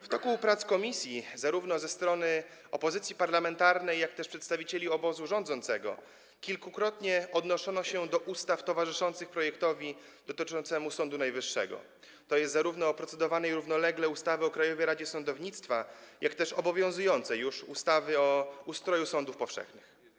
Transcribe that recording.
W toku prac komisji zarówno ze strony opozycji parlamentarnej, jak i przedstawicieli obozu rządzącego kilkukrotnie odnoszono się do ustaw towarzyszących projektowi dotyczącemu Sądu Najwyższego, tj. zarówno procedowanej równolegle ustawy o Krajowej Radzie Sądownictwa, jak i obowiązującej już ustawy o ustroju sądów powszechnych.